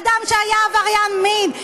אדם שהיה עבריין מין,